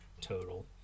total